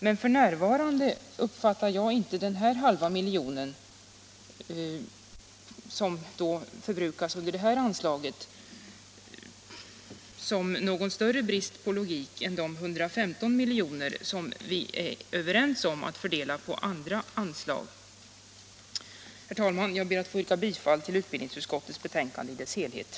Men f.n. uppfattar jag inte den halva miljon som förbrukas under det här anslaget som något större avsteg från principerna än de 115 miljoner som vi är överens om att fördela på andra anslag. Herr talman! Jag ber att få yrka bifall till utbildningsutskottets hemställan på alla punkter.